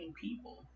people